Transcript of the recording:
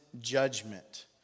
judgment